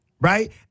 right